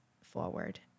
forward